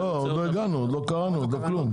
לא, עוד לא הגענו, עוד לא קראנו, עוד לא כלום.